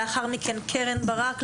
לאחר מכן קרן ברק,